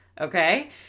Okay